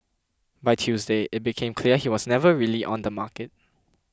by Tuesday it became clear he was never really on the market